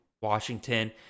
Washington